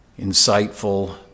insightful